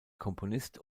komponist